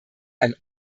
ein